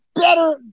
better